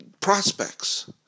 prospects